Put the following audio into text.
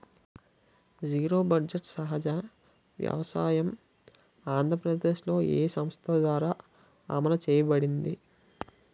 Zero budget సహజ వ్యవసాయం ఆంధ్రప్రదేశ్లో, ఏ సంస్థ ద్వారా అమలు చేయబడింది?